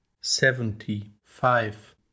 Seventy-five